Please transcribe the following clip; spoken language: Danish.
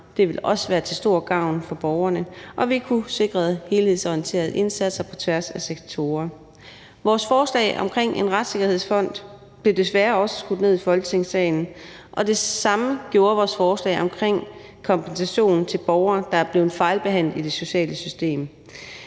det ville også være til stor gavn for borgerne – og vi kunne sikre helhedsorienterede indsatser på tværs af sektorer. Vores forslag omkring en retssikkerhedsfond blev desværre også skudt ned i Folketingssalen, og det samme gjorde vores forslag om kompensation til borgere, der er blevet fejlbehandlet i det sociale system.